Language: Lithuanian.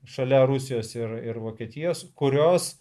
šalia rusijos ir ir vokietijos kurios